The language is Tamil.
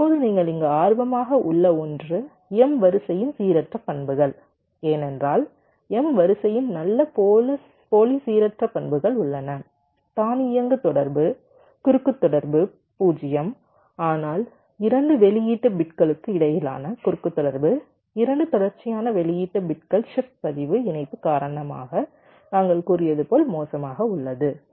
இப்போது நீங்கள் இங்கு ஆர்வமாக உள்ள ஒன்று m வரிசையின் சீரற்ற பண்புகள் ஏனென்றால் m வரிசையின் நல்ல போலி சீரற்ற பண்புகள் உள்ளன தானியங்கு தொடர்பு குறுக்கு தொடர்பு 0 ஆனால் 2 வெளியீட்டு பிட்களுக்கு இடையிலான குறுக்கு தொடர்பு 2 தொடர்ச்சியான வெளியீட்டு பிட்கள் ஷிப்ட் பதிவு இணைப்பு காரணமாக நாங்கள் கூறியது போல் மோசமாக உள்ளது